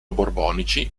borbonici